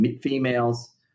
Females